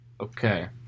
Okay